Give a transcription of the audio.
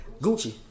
Gucci